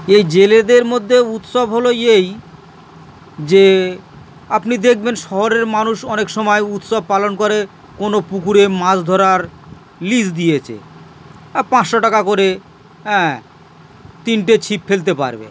এই জেলেদের মধ্যে উৎসব হলো এই যে আপনি দেখবেন শহরের মানুষ অনেক সময় উৎসব পালন করে কোনো পুকুরে মাছ ধরার লিস দিয়েছে পাঁচশো টাকা করে হ্যাঁ তিনটে ছিপ ফেলতে পারবে